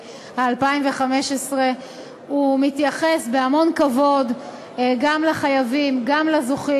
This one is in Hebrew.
2015. הוא מתייחס בהמון כבוד גם לחייבים וגם לזוכים.